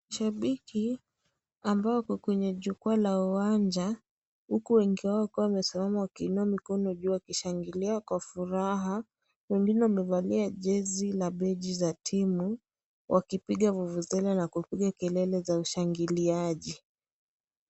Shabiki ambao wako kwenye jukwaa la uwanja huku wengi wao wakiwa wamesimama wakiinua mikono juu wakishangilia kwa furaha, wengine wamevalia jezi la badge za timu wakipiga vuvuzela na kupiga kelele za ushangiliaji.